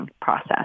process